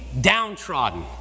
downtrodden